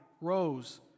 rose